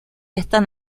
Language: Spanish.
están